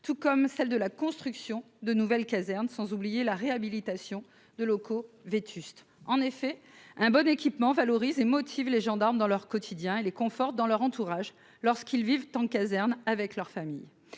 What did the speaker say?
tout comme celle de la construction de nouvelles casernes sans oublier la réhabilitation de locaux vétustes en effet un bon équipement valorise et motive les gendarmes dans leur quotidien et les conforte dans leur entourage lorsqu'ils vivent en caserne avec leur famille,